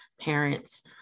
parents